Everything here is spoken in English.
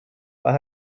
but